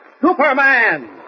Superman